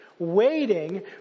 Waiting